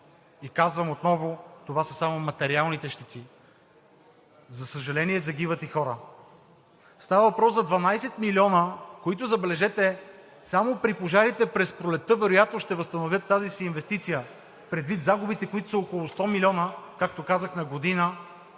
И казвам отново: това са само материалните щети. За съжаление, загиват и хора. Става въпрос за 12 милиона, които, забележете, само при пожарите през пролетта вероятно ще възстановят тази си инвестиция предвид загубите, които са около 100 млн. лв., както казах, на година